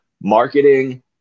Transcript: marketing